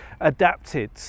adapted